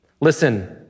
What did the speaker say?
Listen